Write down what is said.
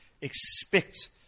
expect